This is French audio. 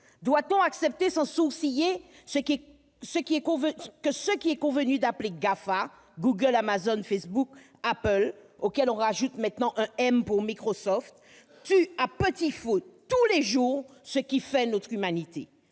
Doit-on accepter sans sourciller que ce qu'il est convenu d'appeler les GAFA- Google, Amazon, Facebook Apple -, auxquels on rajoute maintenant un « M » pour Microsoft, tuent à petit feu tous les jours ce qui fait notre humanité ?